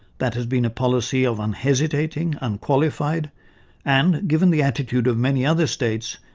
that has been a policy of unhesitating, unqualified and, given the attitude of many other states,